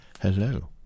Hello